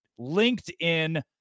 LinkedIn